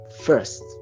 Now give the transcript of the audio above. first